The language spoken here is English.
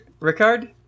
Ricard